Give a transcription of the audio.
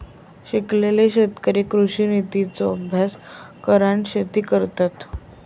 शिकलेले शेतकरी कृषि नितींचो अभ्यास करान शेती करतत